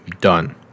done